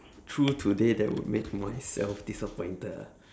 true today that would make myself disappointed ah